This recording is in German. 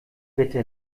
bitte